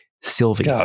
Sylvie